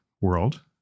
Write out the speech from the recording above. world